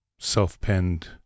self-penned